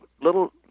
little